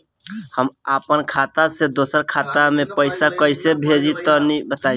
हम आपन खाता से दोसरा के खाता मे पईसा कइसे भेजि तनि बताईं?